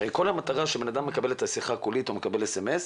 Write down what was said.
הרי כל המטרה שאדם מקבל את השיחה הקולית או מקבל סמס,